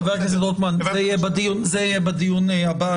חבר הכנסת רוטמן זה יהיה בדיון הבא,